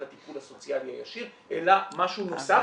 לטיפול הסוציאלי הישיר אלא משהו נוסף.